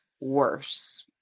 worse